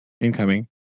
incoming